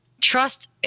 trust